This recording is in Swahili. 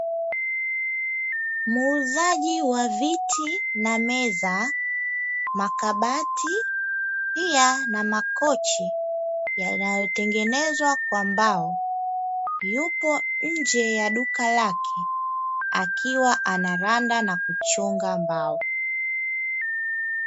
Muuzaji wa viti na meza, makabati pia na makochi yanayotengenezwa kwa mbao. Yupo nje ya duka lake akiwa anaranda na kuchonga mbao.